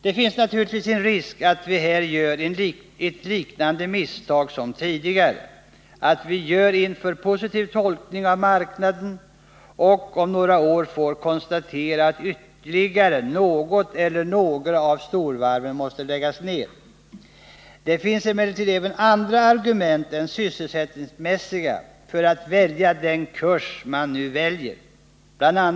Det finns naturligtvis en risk att vi här begår ett misstag liknande vad vi tidigare gjort oss skyldiga till, nämligen att vi gör en för positiv tolkning av marknaden och om några år får konstatera att ytterligare något eller några av storvarven måste läggas ned. Det finns emellertid även andra argument än sysselsättningsmässiga för att välja den kurs vi nu väljer. Bl.